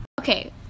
Okay